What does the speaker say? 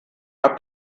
habt